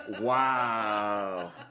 Wow